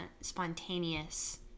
spontaneous